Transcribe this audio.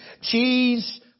cheese